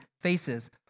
faces